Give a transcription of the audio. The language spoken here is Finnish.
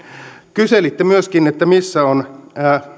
kyselitte myöskin että missä on